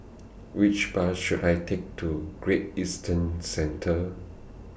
Which Bus should I Take to Great Eastern Centre